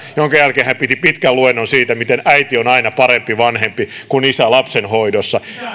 minkä jälkeen hän piti pitkän luennon siitä miten äiti on aina parempi vanhempi kuin isä lapsen hoidossa